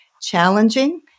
challenging